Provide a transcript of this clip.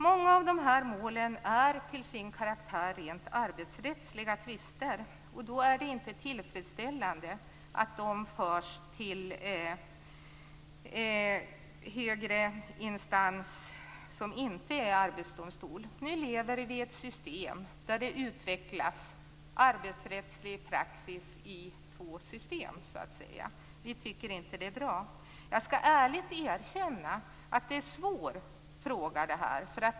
Många av de här målen är till sin karaktär rent arbetsrättsliga tvister. Då är det inte tillfredsställande att de förs till högre instans som inte är arbetsdomstol. Nu lever vi i ett system där det utvecklas arbetsrättslig praxis i två system, så att säga. Vi tycker inte att det är bra. Jag skall ärligt erkänna att det här är en svår fråga.